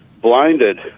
blinded